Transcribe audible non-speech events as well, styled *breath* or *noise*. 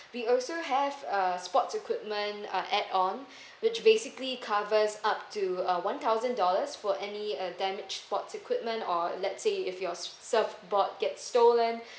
we also have uh sports equipment uh add on *breath* which basically covers up to uh one thousand dollars for any uh damage sports equipment or let's say if your sur~ surfboard gets stolen *breath*